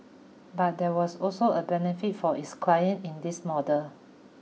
but there was also a benefit for its client in this model